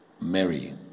Mary